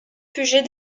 puget